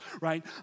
right